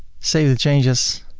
save the changes.